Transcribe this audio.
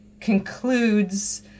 concludes